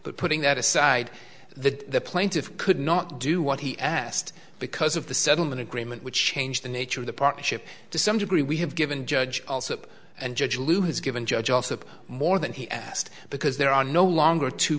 but putting that aside the plaintiff could not do what he asked because of the settlement agreement which changed the nature of the partnership to some degree we have given judge also and judge lou has given judge also more than he asked because there are no longer two